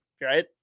right